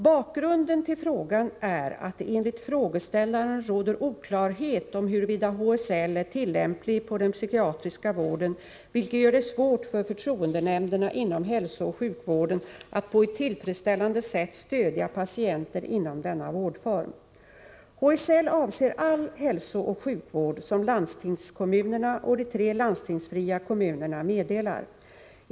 Bakgrunden till frågan är att det enligt frågeställaren råder oklarhet om huruvida HSL är tillämplig på den psykiatriska vården, vilket gör det svårt för förtroendenämnderna inom hälsooch sjukvården att på ett tillfredsställande sätt stödja patienter inom denna vårdform. HSL avser all hälsooch sjukvård som landstingskommunerna och de tre landstingsfria kommunerna meddelar.